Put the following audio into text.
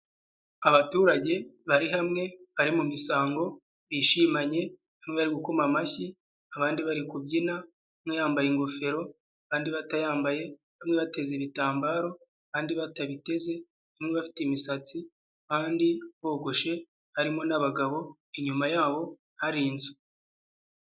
Abaturage bari hamwe, bari mu misango, bishimanye bamwe bari gukoma amashyi abandi bari kubyina, umwe yambaye ingofero, abandi batayambaye, bamwe batezi ibitambaro abandi batabiteze, bamwe bafite imisatsi kandi bogoshe, harimo n'abagabo. inyuma yabo hari inzu.